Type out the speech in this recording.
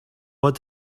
what